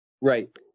Right